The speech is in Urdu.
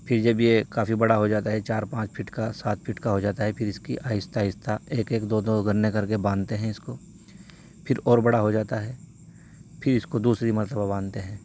پھر جب یہ کافی بڑا ہو جاتا ہے چار پانچ پھٹ کا سات پھٹ کا ہو جاتا ہے پھر اس کی آہستہ آہستہ ایک ایک دو دو گنے کر کے باندھتے ہیں اس کو پھر اور بڑا ہو جاتا ہے پھر اس کو دوسری مرتبہ باندھتے ہیں